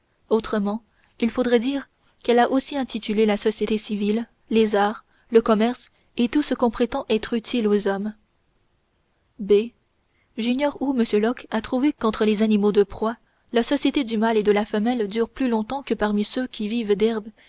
autrement il faudrait dire qu'elle a aussi institué la société civile les arts le commerce et tout ce qu'on prétend être utile aux hommes b j'ignore où m locke a trouvé qu'entre les animaux de proie la société du mâle et de la femelle dure plus longtemps que parmi ceux qui vivent d'herbe